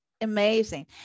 Amazing